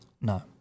No